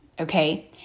okay